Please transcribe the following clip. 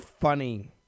funny